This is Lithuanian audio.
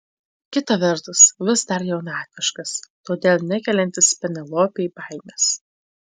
kita vertus vis dar jaunatviškas todėl nekeliantis penelopei baimės